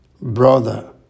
brother